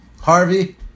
Harvey